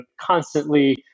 constantly